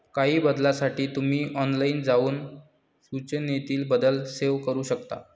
काही बदलांसाठी तुम्ही ऑनलाइन जाऊन सूचनेतील बदल सेव्ह करू शकता